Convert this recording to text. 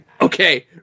Okay